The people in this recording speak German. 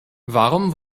warum